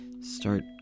start